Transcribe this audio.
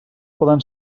poden